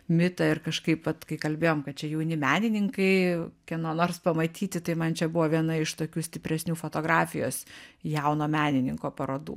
mitą ir kažkaip vat kai kalbėjom kad čia jauni menininkai kieno nors pamatyti tai man čia buvo viena iš tokių stipresnių fotografijos jauno menininko parodų